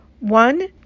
One